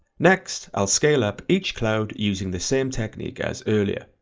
next i'll scale up each cloud using the same technique as earlier,